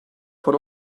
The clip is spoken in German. von